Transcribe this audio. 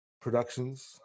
productions